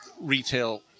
retail